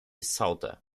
sauter